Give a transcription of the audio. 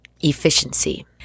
efficiency